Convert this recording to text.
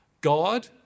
God